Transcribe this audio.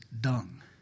dung